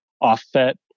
offset